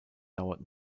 dauert